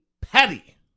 petty